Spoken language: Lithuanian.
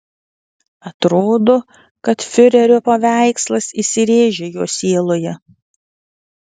atrodo kad fiurerio paveikslas įsirėžė jo sieloje